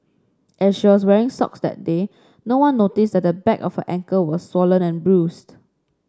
as she was wearing socks that day no one noticed that the back of her ankle was swollen and bruised